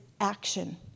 action